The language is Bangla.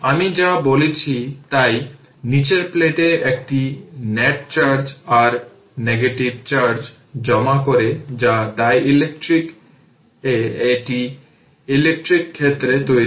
আমি যা বলেছি তাই নিচের প্লেট এ একটি net charge r negative charge জমা করে যা ডাইলেকট্রিকে একটি ইলেকট্রিক ক্ষেত্র তৈরি করে